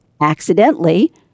accidentally